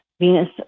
Venus